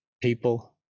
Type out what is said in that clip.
people